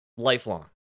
Lifelong